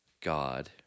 god